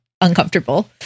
uncomfortable